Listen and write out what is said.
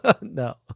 No